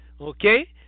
Okay